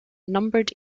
numbered